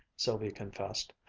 sylvia confessed.